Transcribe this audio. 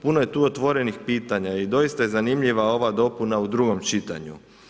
Puno je tu otvorenih pitanja i doista je zanimljiva ova dopuna u drugom čitanju.